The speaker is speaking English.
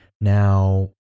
Now